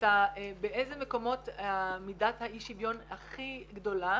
באיזה מקומות מידת האי שוויון הכי גדולה